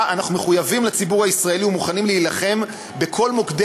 שלפיה אנחנו מחויבים לציבור הישראלי ומוכנים להילחם בכל מוקדי